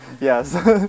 Yes